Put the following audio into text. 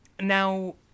Now